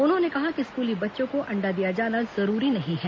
उन्होंने कहा कि स्कूली बच्चों को अंडा दिया जाना जरूरी नहीं है